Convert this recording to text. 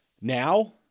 now